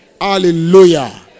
Hallelujah